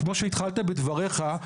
כמו שהתחלת בדבריך,